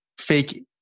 fake